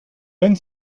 wenn